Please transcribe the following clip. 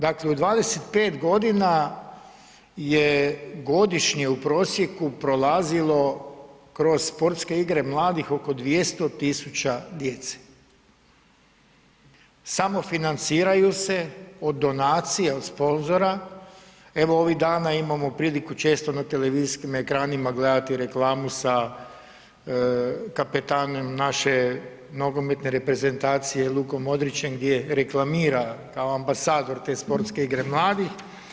Dakle, u 25 godina je godišnje u prosjeku prolazilo kroz sportske igre mladih oko 200.000 djece, samofinanciraju se od donacija od sponzora, evo ovih dana imamo priliku često na tv ekranima gledati reklamu sa kapetanom naše nogometne reprezentacije Lukom Modrićem gdje reklamira kao ambasador te sportske igre mladih.